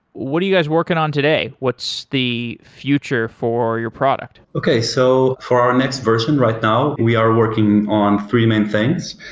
what are you guys working on today? what's the future for your product? okay. so for our next version right now, we are working on three main things.